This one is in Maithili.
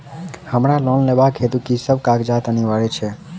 हमरा लोन लेबाक हेतु की सब कागजात अनिवार्य छैक?